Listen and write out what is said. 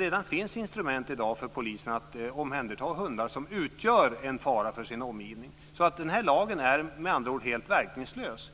i dag finns instrument för polisen att omhänderta hundar som utgör en fara för sin omgivning. Den här lagen är med andra ord helt verkningslös.